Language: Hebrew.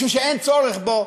משום שאין צורך בו,